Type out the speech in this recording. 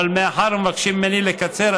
מאחר שמבקשים ממני לקצר,